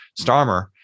Starmer